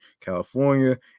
california